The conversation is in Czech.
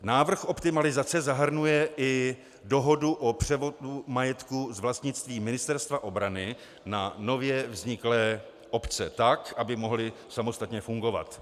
Návrh optimalizace zahrnuje i dohodu o převodu majetku z vlastnictví Ministerstva obrany na nově vzniklé obce tak, aby mohly samostatně fungovat.